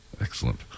Excellent